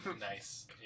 Nice